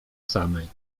samej